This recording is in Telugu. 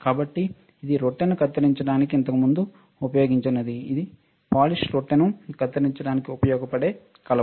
కాబట్టి ఇది రొట్టెను కత్తిరించడానికి ఇంతకు ముందు ఉపయోగించబడింది ఇది పాలిష్ రొట్టెను కత్తిరించడానికి ఉపయోగించే కలప